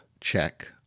check